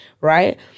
right